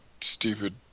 stupid